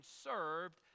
served